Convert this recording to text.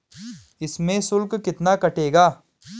इसमें शुल्क कितना कटेगा?